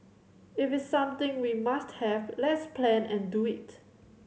if something we must have let's plan and do it